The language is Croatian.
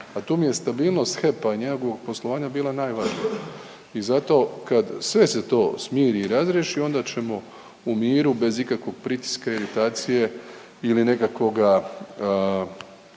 a tu mi je stabilnost HEP-a i njegovog poslovanja bila najvažnija. I zato kad sve se to smiri i razriješi onda ćemo u miru bez ikakvog pritiska i iritacije ili nekakvoga